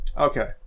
Okay